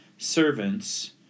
servants